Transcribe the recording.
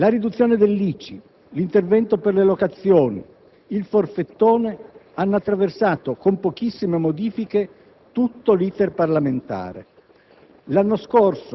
La riduzione dell'ICI, l'intervento in favore delle locazioni, il "forfettone" hanno attraversato, con pochissime modifiche, tutto *l'iter* parlamentare.